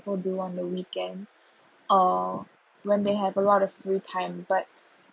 people do on the weekend uh when they have a lot of free time but